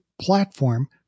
platform